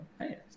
hey